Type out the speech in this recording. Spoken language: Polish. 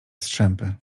strzępy